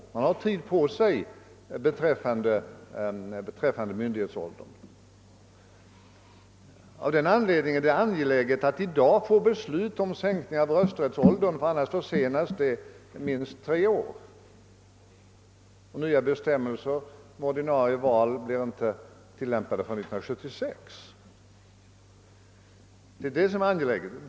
Man har tid på sig beträffande myndighetsålderns sänkning. Av den anledningen är det angeläget att i dag få beslut just om sänkning av rösträttsåldern, annars försenas genomförandet ytterligare tre år. Nya bestämmelser för ordinarie val blir eljest inte tillämpade förrän 1976.